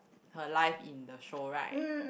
her life in the show right